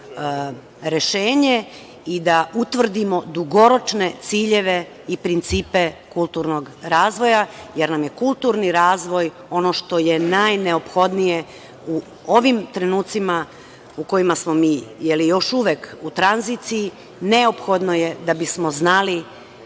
rešenje i da utvrdimo dugoročne ciljeve i principe kulturnog razvoja, jer nam je kulturni razvoj ono što je najneophodnije u ovim trenucima u kojima smo mi još uvek u tranziciji, neophodno je da bismo znali